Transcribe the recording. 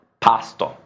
Pastor